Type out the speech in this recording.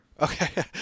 Okay